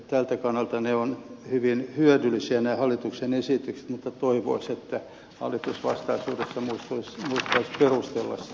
tältä kannalta ovat hyvin hyödyllisiä nämä hallituksen esitykset mutta toivoisi että hallitus vastaisuudessa muistaisi perustella sitä ikärajaa